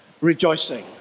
rejoicing